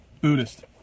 Buddhist